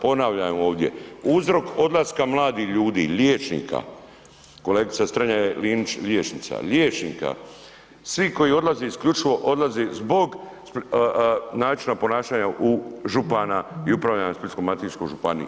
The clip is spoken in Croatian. Ponavljam ovdje, uzrok odlaska mladih ljudi, liječnika, kolegica Strenja je Linić liječnica, liječnika, svi koji odlaze, isključivo odlaze zbog načina ponašanja župana i upravljanja u Splitsko-dalmatinskoj županiji.